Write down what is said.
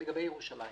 לגבי ירושלים